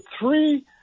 three